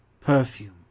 perfume